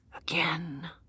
again